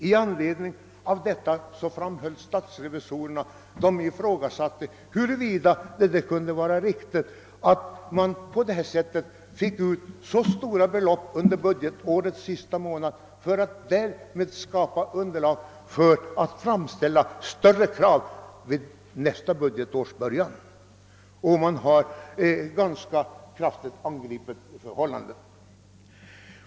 I anledning härav ifrågasatte statsrevisorerna om det kunde vara riktigt att myndigheterna tog ut så stora be lopp under budgetårets sista månad för att därmed skapa underlag för krav på ännu högre anslag vid nästa budgetårs början. Statsrevisorerna angrep detta tillvägagångssätt granska kraftigt.